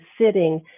sitting